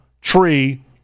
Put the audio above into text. tree